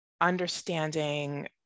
understanding